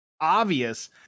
obvious